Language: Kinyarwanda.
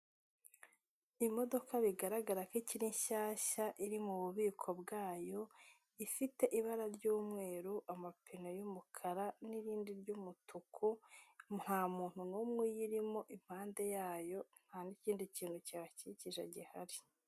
Imodoka bigaragara ko ikiri nshyashya iri mu bubiko bwayo, ifite ibara ry'umweru amapine y'umukara n'irindi by'umutuku, nta muntu n'umwe uyirimo, impande yayo nta n'ikindi kintu kihakikije gihari.